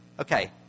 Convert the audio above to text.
Okay